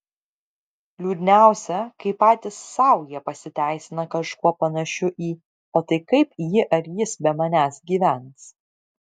liūdniausia kai patys sau jie pasiteisina kažkuo panašiu į o tai kaip ji ar jis be manęs gyvens